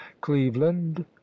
cleveland